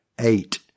Eight